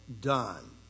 done